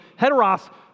heteros